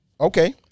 Okay